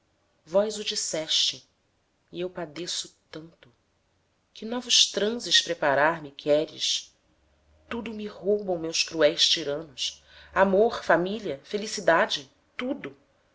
vós o disseste e eu padeço tanto que novos transes preparar me queres tudo me roubam meus cruéis tiranos amor família felicidade tudo